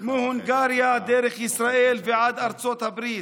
מהונגריה דרך ישראל ועד ארצות הברית,